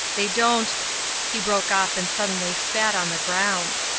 they don't he broke off and suddenly spat on the ground.